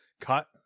cut